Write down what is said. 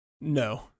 No